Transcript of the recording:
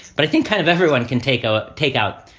but i think kind of everyone can take a take out,